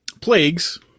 plagues